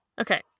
Okay